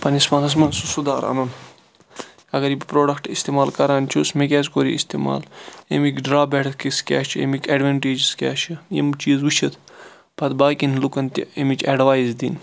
پَننِس پانَس مَنٛز سُہ سُدار اَنُن اَگَر یہِ بہٕ پروڈَکٹ اِستعمال کَران چھُس مےٚ کیاز کوٚر یہِ اِستعمال اَمِکۍ ڈرا کیاہ چھِ اَمِکۍ ایٚڈوانٹیجس کیاہ چھِ یِم چیٖز وٕچھِتھ پَتہٕ باقیَن لُکَن تہِ امِچ ایٚڈوایس دِن